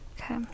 Okay